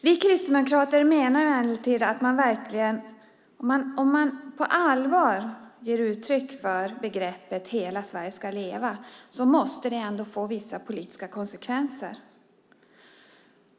Vi kristdemokrater menar emellertid att om man på allvar ger uttryck för begreppet hela Sverige ska leva måste det ändå få vissa politiska konsekvenser.